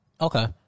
Okay